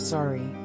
Sorry